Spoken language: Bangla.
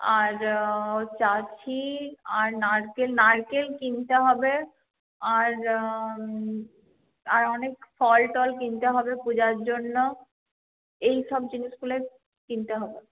আর চাঁছি আর নারকেল নারকেল কিনতে হবে আর আর অনেক ফল টল কিনতে হবে পূজার জন্য এই সব জিনিসগুলোই কিনতে হবে